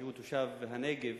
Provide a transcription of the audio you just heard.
שהוא תושב הנגב,